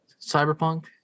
Cyberpunk